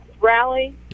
Rally